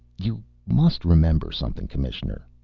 you must remember something, commissioner.